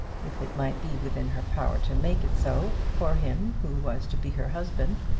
if it might be within her power to make it so, for him who was to be her husband.